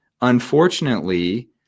unfortunately